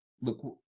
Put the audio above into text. look